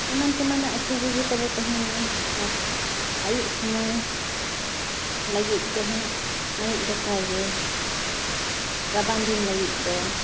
ᱮᱢᱟᱱ ᱛᱮᱢᱟᱱᱟᱜ ᱩᱛᱩ ᱠᱚᱜᱮᱛᱟᱵᱚ ᱛᱟᱦᱮᱱᱟ ᱟᱨ ᱟᱹᱭᱩᱵ ᱥᱚᱢᱚᱭ ᱞᱟᱹᱜᱤᱫ ᱫᱚ ᱦᱟᱸᱜ ᱟᱹᱬᱤᱡᱫᱟᱠᱟᱜᱮ ᱨᱟᱵᱟᱝᱫᱤᱱ ᱞᱟᱹᱜᱤᱫ ᱫᱚ